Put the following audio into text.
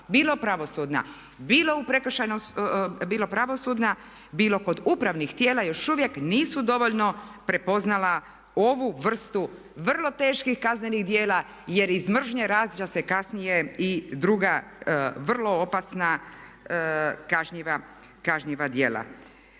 To znači da naša tijela bilo pravosudna, bilo kod upravnih tijela još uvijek nisu dovoljno prepoznala ovu vrstu vrlo teških kaznenih djela jer iz mržnje rađaju se kasnije i druga vrlo opasna kažnjiva djela.